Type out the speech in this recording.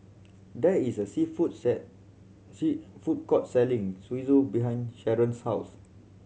there is a sea food sea food court selling Zosui behind Sheron's house